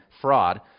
fraud